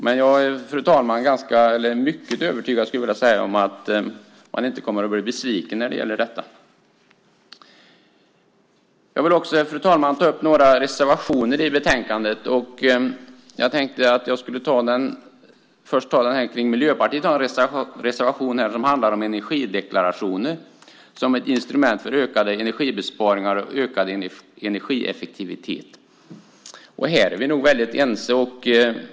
Men jag är, fru talman, mycket övertygad om att man inte kommer att bli besviken när det gäller detta. Fru talman! Jag vill också ta upp några reservationer i betänkandet. Miljöpartiet har en reservation som handlar om energideklarationer som ett instrument för ökade energibesparingar och ökad energieffektivitet. Här är vi nog helt ense.